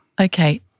Okay